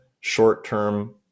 short-term